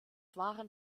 waren